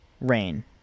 Rain